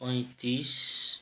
पैँतिस